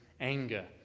anger